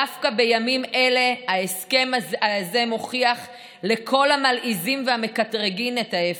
דווקא בימים אלה ההסכם הזה מוכיח לכל המלעיזים והמקטרגים את ההפך.